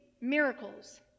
miracles